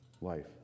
life